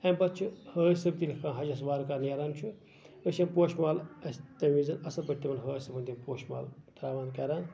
اَمہِ پَتہٕ چھِ حٲج صٲب تہِ گژھان حَجس وارٕ کار نیران چھُ أسۍ چھِ ییٚتہِ پوشہٕ مال تمہِ وِزِ اَصٕل پٲٹھۍ تِمن حٲج صٲبَن تِم پوشہٕ مالہٕ ترٛاوان کران